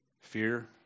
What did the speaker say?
Fear